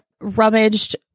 rummaged